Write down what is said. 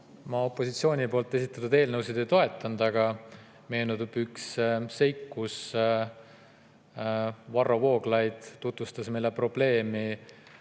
Ma opositsiooni esitatud eelnõusid ei ole toetanud, aga meenub üks seik, kui Varro Vooglaid tutvustas meile probleemi,